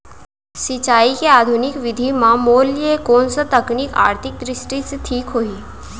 सिंचाई के आधुनिक विधि म मोर लिए कोन स तकनीक आर्थिक दृष्टि से ठीक होही?